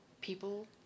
people